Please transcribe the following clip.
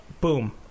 Boom